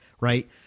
Right